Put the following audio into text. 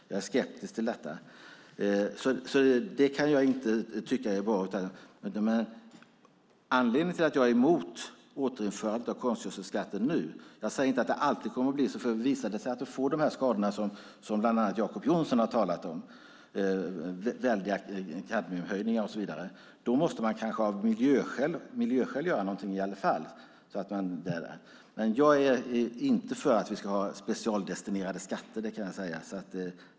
Jag är skeptisk till detta, och jag kan inte tycka att det är bra. Jag är emot återinförandet av konstgödselskatten nu. Jag säger inte att det alltid kommer att vara så, för om det visar sig att vi får de skador som bland andra Jacob Johnson har talat om med väldiga kadmiumhöjningar måste man kanske av miljöskäl göra någonting i alla fall. Men jag är inte för specialdestinerade skatter; det kan jag säga.